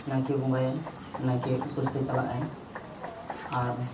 ᱱᱟᱭᱠᱮ ᱵᱚᱸᱜᱟᱭᱟᱭ ᱱᱟᱭᱠᱮ ᱩᱯᱟᱹᱥᱬᱛᱮ ᱪᱟᱞᱟᱜ ᱟᱭ ᱟᱨ